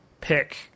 pick